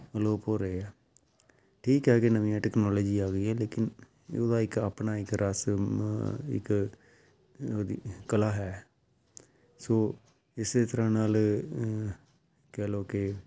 ਅਲੋਪ ਹੋ ਰਹੇ ਆ ਠੀਕ ਹੈ ਕਿ ਨਵੀਆਂ ਟੈਕਨੋਲੋਜੀ ਆ ਗਈ ਹੈ ਲੇਕਿਨ ਉਹਦਾ ਇੱਕ ਆਪਣਾ ਇੱਕ ਰਸ ਇੱਕ ਉਹਦੀ ਕਲਾ ਹੈ ਸੋ ਇਸੇ ਤਰ੍ਹਾਂ ਨਾਲ ਕਹਿ ਲਓ ਕਿ